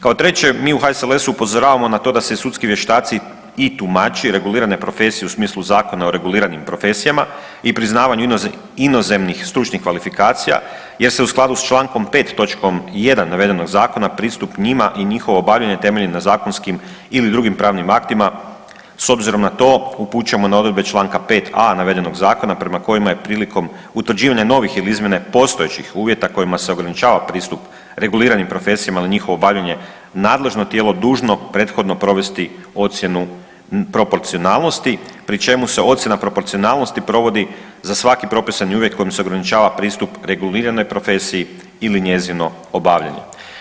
Kao treće mi u HSLS-u upozoravamo na to da se i sudski vještaci i tumači regulirane profesije u smislu Zakona o reguliranim profesijama i priznavanju inozemnih stručnih kvalifikacija jer se u skladu Člankom 5. točkom 1. navedenog zakona pristup njima i njihovo obavljanje temelji na zakonskim ili drugim pravnim aktima s obzirom na to upućujemo na odredbe Članka 5a. navedenog zakona prema kojima je prilikom utvrđivanja novih ili izmjene postojećih uvjeta kojima se ograničava pristup reguliranim profesijama ili njihovo obavljanje nadležno tijelo dužno prethodno provesti ocjenu proporcionalnosti pri čemu se ocjena proporcionalnosti provodi za svaki propisani uvjet kojim se ograničava pristup reguliranoj profesiji ili njezino obavljanje.